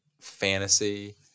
fantasy